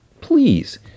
Please